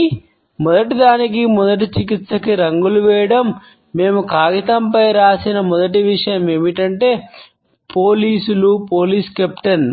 కానీ మొదటిదానికి మొదటి చికిత్సకు రంగులు వేయడం మేము కాగితంపై వ్రాసిన మొదటి విషయం ఏమిటంటే పోలీసులు పోలీసు కెప్టెన్